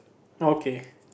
okay